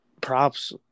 props